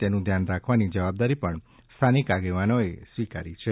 તેનું ધ્યાન રાખવાણી જવાબદારી પણ સ્થાનિક આગેવાનોએ સ્વીકારી છે